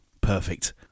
Perfect